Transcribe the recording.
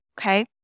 Okay